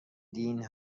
دین